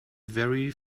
very